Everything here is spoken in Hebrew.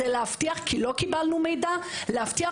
כי לא קיבלנו מידע, בכדי להבטיח